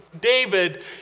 David